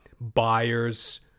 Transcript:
buyers